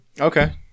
Okay